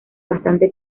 bastante